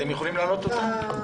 אתם יכולים להעלות אותם?